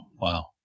Wow